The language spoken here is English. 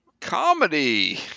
Comedy